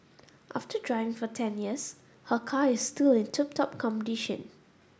after driving for ten years her car is still in tip top condition